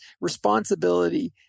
responsibility